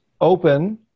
open